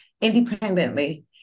independently